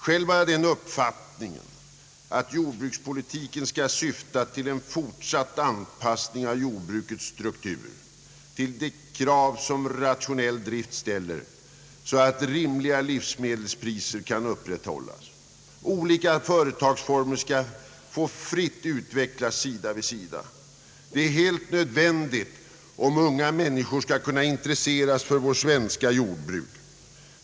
Själv har jag den uppfattningen att jordbrukspolitiken skall syfta till en fortsatt anpassning av jordbrukets struktur, till de krav som rationell drift ställer, så att rimliga livsmedelspriser kan upprätthållas. Olika företagsformer skall få fritt utvecklas sida vid sida. Detta är helt nödvändigt om unga människor skall kunna intresseras för vårt svenska jordbruk.